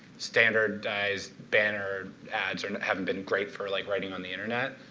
standardized banner ads haven't been great for like writing on the internet.